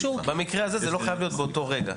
במקרה הזה זה לא חייב להיות באותו רגע.